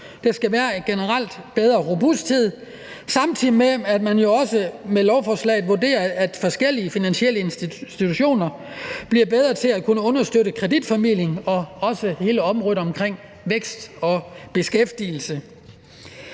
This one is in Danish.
Der skal generelt være bedre robusthed, samtidig med at man jo også med lovforslaget vurderer, at forskellige finansielle institutioner bliver bedre til at kunne understøtte kreditformidling og også hele området omkring vækst og beskæftigelse.